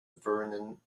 vernon